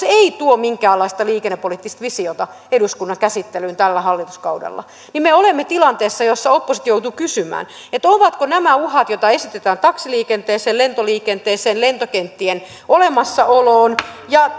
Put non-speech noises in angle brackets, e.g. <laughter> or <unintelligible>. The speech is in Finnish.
<unintelligible> ei tuo minkäänlaista liikennepoliittista visiota eduskunnan käsittelyyn tällä hallituskaudella ja niin me olemme tilanteessa jossa oppositio joutuu kysymään ovatko nämä uhat joita esitetään taksiliikenteeseen lentoliikenteeseen lentokenttien olemassaoloon ja <unintelligible>